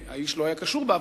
שהאיש לא היה כנראה קשור בה,